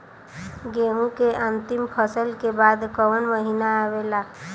गेहूँ के अंतिम फसल के बाद कवन महीना आवेला?